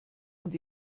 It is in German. und